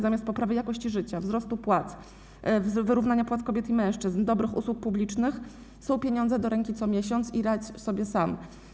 Zamiast poprawy jakości życia, wzrostu płac, wyrównania płac kobiet i mężczyzn, dobrych usług publicznych są pieniądze do ręki co miesiąc i słowa: radź sobie sam.